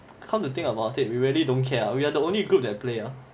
come to think about it we really don't care ah we are the only group that play ah